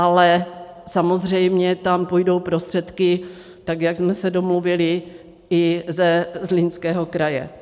Ale samozřejmě tam půjdou prostředky, tak jak jsme se domluvili, i ze Zlínského kraje.